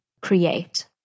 create